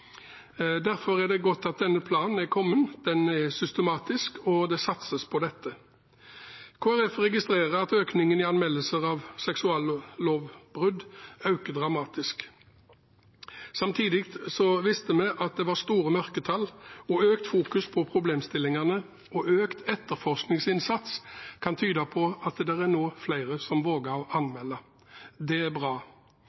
Derfor er det godt at denne planen er kommet. Den er systematisk, og det satses på dette. Kristelig Folkeparti registrerer at det er en dramatisk økning i antall anmeldelser av seksuallovbrudd. Samtidig visste vi at det var store mørketall, og økt fokusering på problemstillingene og økt etterforskingsinnsats kan tyde på at det nå er flere som våger å